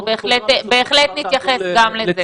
אנחנו בהחלט נתייחס גם לזה.